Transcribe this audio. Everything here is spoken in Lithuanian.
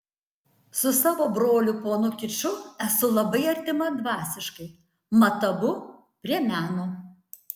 su savo broliu ponu kiču esu labai artima dvasiškai mat abu prie meno